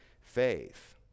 faith